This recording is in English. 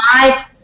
five